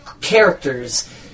characters